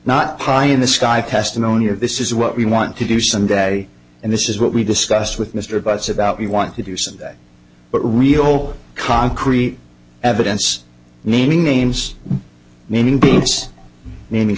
not high in the sky testimony or this is what we want to do some day and this is what we discussed with mr butts about we want to do some of that but real concrete evidence naming names meaning